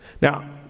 Now